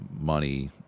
money